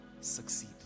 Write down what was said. succeed